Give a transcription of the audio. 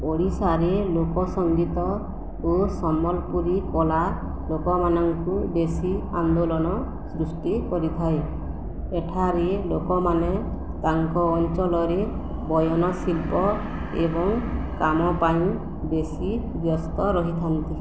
ଓଡ଼ିଶାରେ ଲୋକ ସଙ୍ଗୀତ ଓ ସମ୍ବଲପୁରୀ କଳା ଲୋକମାନଙ୍କୁ ବେଶୀ ଆନ୍ଦୋଳନ ସୃଷ୍ଟି କରିଥାଏ ଏଠାରେ ଲୋକମାନେ ତାଙ୍କ ଅଞ୍ଚଳରେ ବୟନଶିଳ୍ପ ଏବଂ କାମ ପାଇଁ ବେଶୀ ବ୍ୟସ୍ତ ରହିଥାନ୍ତି